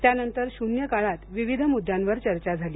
त्यानंतर शून्य काळात विविध मुद्द्यावर चर्चा झाली